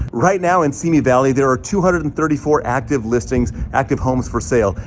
right now in simi valley, there are two hundred and thirty four active listings, active homes for sale.